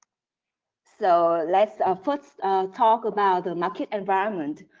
so let's ah first talk about the market environment.